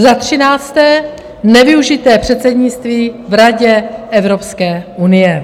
Za třinácté, nevyužité předsednictví v Radě Evropské unie.